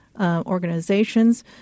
Organizations